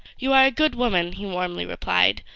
you are a good woman, he warmly replied.